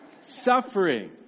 Suffering